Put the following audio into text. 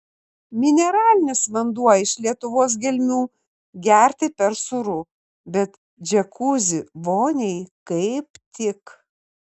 mineralinis vanduo iš lietuvos gelmių gerti per sūru bet džiakuzi voniai kaip tik